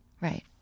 Right